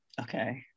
Okay